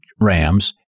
Rams